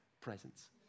presence